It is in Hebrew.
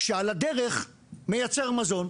שעל הדרך מייצר מזון.